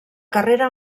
carrera